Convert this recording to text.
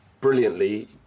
brilliantly